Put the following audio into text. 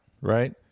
right